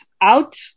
out